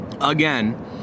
again